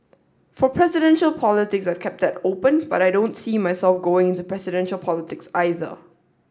for presidential politics I've kept that open but I don't see myself going into presidential politics either